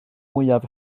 mwyaf